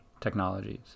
technologies